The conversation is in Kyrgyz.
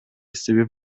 себеп